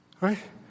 right